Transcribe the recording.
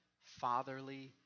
fatherly